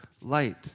light